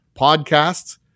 podcasts